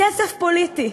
כסף פוליטי.